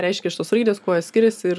reiškia šitos raidės kuo jos skiriasi ir